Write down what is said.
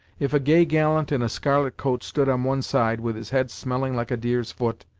if a gay gallant in a scarlet coat stood on one side, with his head smelling like a deer's foot,